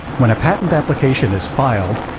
when a patent application is filed,